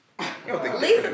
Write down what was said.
Lisa